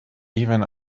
even